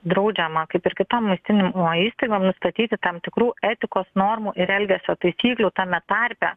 draudžiama kaip ir kitom maitinimo įstaigom nustatyti tam tikrų etikos normų ir elgesio taisyklių tame tarpe